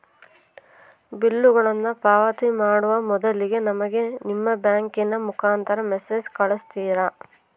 ಬಿಲ್ಲುಗಳನ್ನ ಪಾವತಿ ಮಾಡುವ ಮೊದಲಿಗೆ ನಮಗೆ ನಿಮ್ಮ ಬ್ಯಾಂಕಿನ ಮುಖಾಂತರ ಮೆಸೇಜ್ ಕಳಿಸ್ತಿರಾ?